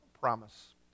promise